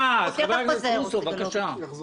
חבר הכנסת רוסו, בבקשה.